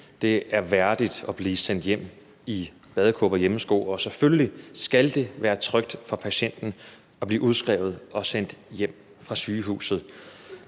det er værdigt at blive sendt hjem i badekåbe og hjemmesko, og selvfølgelig skal det være trygt for patienten at blive udskrevet og sendt hjem fra sygehuset.